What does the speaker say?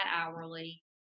hourly